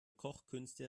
kochkünste